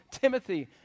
Timothy